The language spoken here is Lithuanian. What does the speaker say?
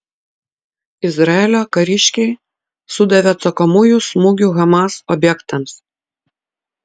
izraelio kariškiai sudavė atsakomųjų smūgių hamas objektams